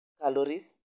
calories